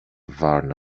varna